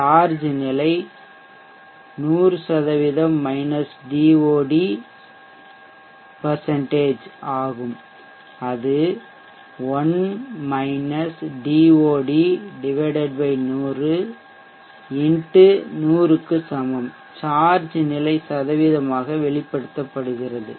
charge நிலை 100 DoD ஆகும் அது 1 DoD 100 x 100 க்கு சமம் சார்ஜ் நிலை சதவீதமாக வெளிப்படுத்தப்படுகிறது